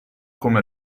come